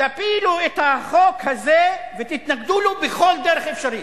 תפילו את החוק הזה ותתנגדו לו בכל דרך אפשרית,